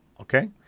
okay